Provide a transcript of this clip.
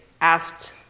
asked